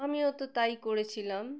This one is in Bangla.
আমিও তো তাই করেছিলাম